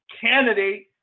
candidate